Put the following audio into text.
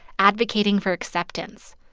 advocating for acceptance.